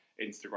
Instagram